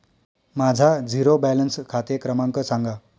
माझा zero balance खाते क्रमांक सांगा